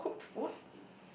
home cooked food